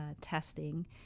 testing